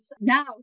now